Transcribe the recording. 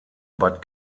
bad